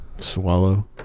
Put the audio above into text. swallow